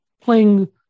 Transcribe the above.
playing